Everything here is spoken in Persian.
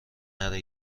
نره